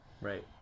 right